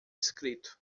escrito